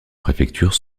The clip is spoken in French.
préfecture